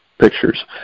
pictures